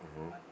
mmhmm